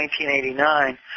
1989